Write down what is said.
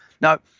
Now